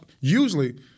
Usually